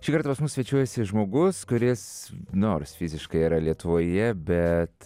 šį kartą pas mus svečiuojasi žmogus kuris nors fiziškai yra lietuvoje bet